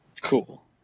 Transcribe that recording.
Cool